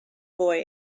boy